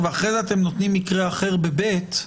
ו אחר כך אתם נותנים מקרה אחר ב-(ב).